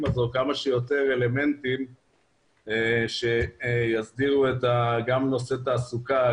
הזאת כמה שיותר אלמנטים שיסדירו גם את נושא התעסוקה,